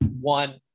one